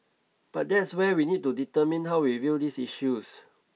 but that's where we need to determine how we view these issues